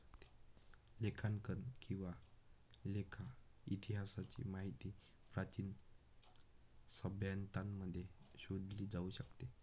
लेखांकन किंवा लेखा इतिहासाची माहिती प्राचीन सभ्यतांमध्ये शोधली जाऊ शकते